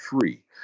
free